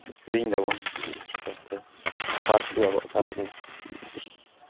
ᱦᱤᱲᱤᱧ ᱫᱟᱵᱚᱱ ᱥᱟᱱᱛᱟᱞᱤ ᱯᱟᱹᱨᱥᱤ ᱟᱵᱚᱣᱟᱜ ᱯᱟᱹᱨᱥᱤ